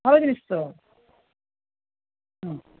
ভালো জিনিস তো হুম